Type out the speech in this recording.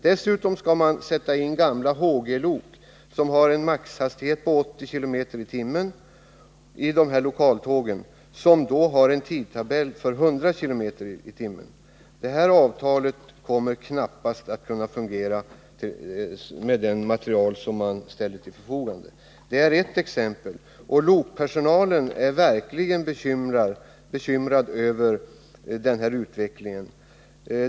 Dessutom skall man sätta in gamla Hg-lok, 80 km tim. Detta avtal kommer inte att fungera.” Detta är bara ett exempel. Lokpersonalen är verkligen bekymrad över den här utvecklingen.